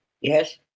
Yes